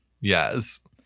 Yes